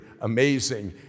amazing